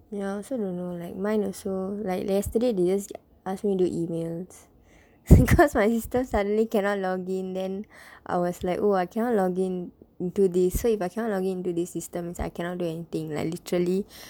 ya I also don't know like mine also like yesterday they just ask me do emails because my system suddenly cannot login then I was like oh I cannot login into this so if I cannot login into this system means I cannot do anything like literally